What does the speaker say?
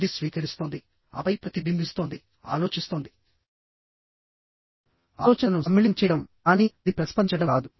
అది స్వీకరిస్తోందిఆపై ప్రతిబింబిస్తోంది ఆలోచిస్తోంది ఆలోచనలను సమ్మిళితం చేయడం కానీ అది ప్రతిస్పందించడం కాదు